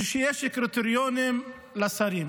ושיש קריטריונים לשרים.